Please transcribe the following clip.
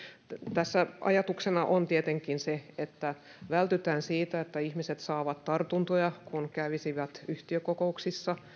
tässä ajatuksena on tietenkin se että vältytään siltä että ihmiset saavat tartuntoja kun kävisivät yhtiökokouksissa